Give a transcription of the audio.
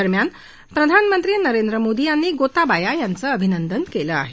दरम्यान प्रधानमंत्री नरेंद्र मोदी यांनी गोताबाया यांचं अभिनंदन केलं आहे